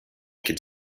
could